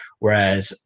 Whereas